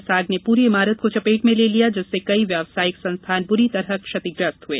इस आग ने पूरी इमारत को चपेट में ले लिया जिससे कई व्यावसायिक संस्थान बुरी तरह क्षतिप्रस्त हुए